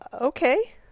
okay